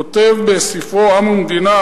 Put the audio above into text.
כותב בספרו "עם ומדינה",